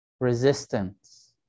resistance